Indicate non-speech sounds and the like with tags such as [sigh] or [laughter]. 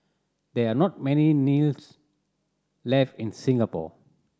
there are not many [unintelligible] left in Singapore